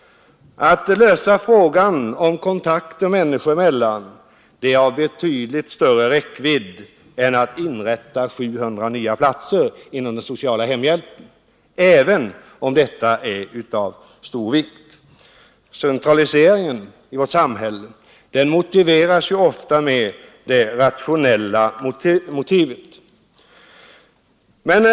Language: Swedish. Lösningen av frågan om kontakter människor emellan är av betydligt större räckvidd än inrättandet av 7 000 nya tjänster inom den sociala hemhjälpen, även om detta är av stor vikt. Centraliseringen i vårt samhälle motiveras ju ofta med det rationella skälet.